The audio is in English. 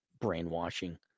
brainwashing